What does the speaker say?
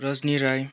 Rajani Rai